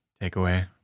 takeaway